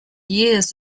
years